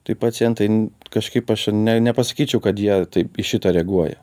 tai pacientai kažkaip aš nepasakyčiau kad jie taip į šitą reaguoja